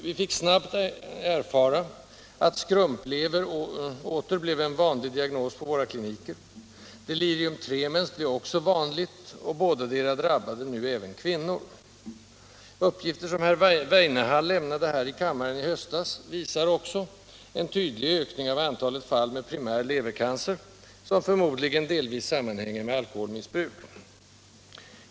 Vi fick snabbt erfara att skrumplever åter blev en vanlig diagnos på våra kliniker. Delirium tremens blev också vanligt, och bådadera drab bade nu även kvinnor. Uppgifter som herr Weinehall lämnade här i kammaren i höstas visar också en tydlig ökning av antalet fall med primär levercancer, som förmodligen delvis sammanhänger med alkoholmissbruk.